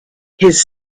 his